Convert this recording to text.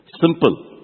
Simple